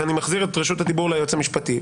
ואני מחזיר את רשות הדיבור ליועץ המשפטי.